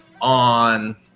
on